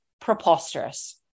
Preposterous